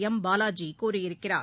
M Balaji கூறியிருக்கிறார்